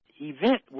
event